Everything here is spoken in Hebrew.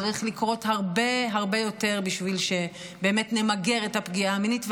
צריך לקרות הרבה הרבה יותר בשביל שבאמת נמגר את הפגיעה המינית,